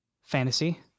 fantasy